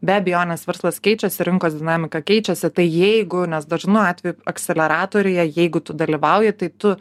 be abejonės verslas keičiasi rinkos dinamika keičiasi tai jeigu nes dažnu atveju akseleratoriuje jeigu tu dalyvauji tai tu